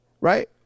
Right